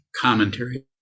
commentary